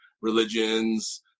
religions